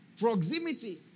Proximity